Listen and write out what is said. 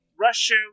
Russia